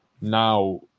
now